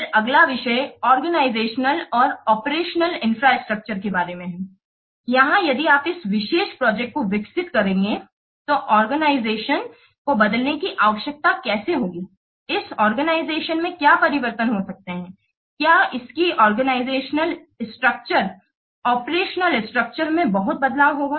फिर अगला विषय ऑर्गेनाइजेशनल और ऑपरेशन इंफ्रास्ट्रक्चर के बारे में है यहाँ यदि आप इस विशेष प्रोजेक्ट को विकसित करेंगे तो ऑर्गेनाइजेशन को बदलने की आवश्यकता कैसे होगी इस ऑर्गेनाइजेशन में क्या परिवर्तन हो सकते हैं क्या इसकी ऑर्गेनाइजेशनल स्ट्रक्चर ऑपरेशनल स्ट्रक्चर में बहुत बदलाव होगा